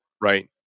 right